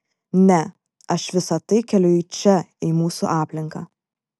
ne aš visa tai keliu į čia į mūsų aplinką